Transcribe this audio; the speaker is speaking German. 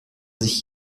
sich